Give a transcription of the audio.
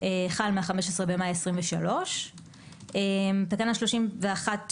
חל מה-15 במאי 23'. תקנה 31,